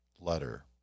letter